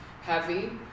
heavy